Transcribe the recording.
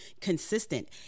consistent